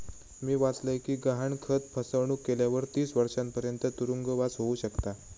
मी वाचलय कि गहाणखत फसवणुक केल्यावर तीस वर्षांपर्यंत तुरुंगवास होउ शकता